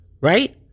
Right